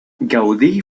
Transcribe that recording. gaudí